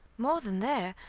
more than there.